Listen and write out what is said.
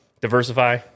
Diversify